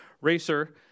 RACER